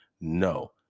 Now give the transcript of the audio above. No